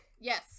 Yes